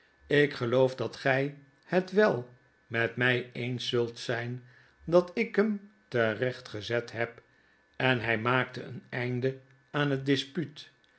ik geloof dat gij het wel met my eens zult zijn dat ik hem terecht gezet heb en hij maakte een einde aan het